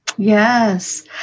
Yes